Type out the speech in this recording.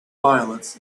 violence